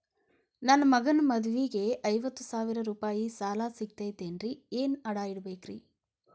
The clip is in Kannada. ನನ್ನ ಮಗನ ಮದುವಿಗೆ ಐವತ್ತು ಸಾವಿರ ರೂಪಾಯಿ ಸಾಲ ಸಿಗತೈತೇನ್ರೇ ಏನ್ ಅಡ ಇಡಬೇಕ್ರಿ?